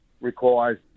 requires